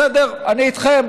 בסדר, אני איתכם.